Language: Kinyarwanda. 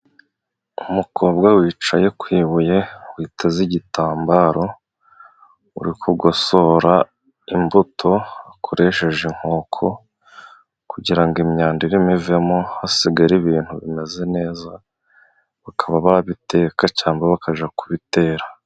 Umukobwa wicaye ku ibuye, witeze igitambaro urikogosora imbuto ukoresheje inkoko, kugira ngo imyanda iririmo ivemo hasigara ibintu bimeze neza, bakaba babiteka cyangwa bakaja kubitera.